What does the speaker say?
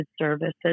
services